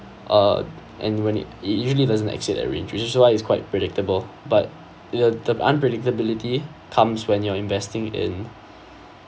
uh and when it it usually doesn't exceed a range which is why it's quite predictable but uh the unpredictability comes when you're investing in